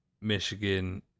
Michigan